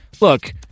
look